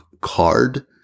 card